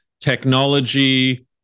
technology